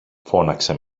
φώναξε